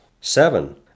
Seven